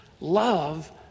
Love